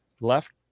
left